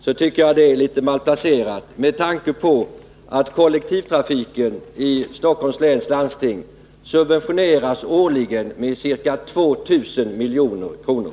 Det tycker jag är litet malplacerat med tanke på att kollektivtrafiken i Stockholms län årligen subventioneras med ca 2 000 milj.kr.